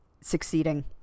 succeeding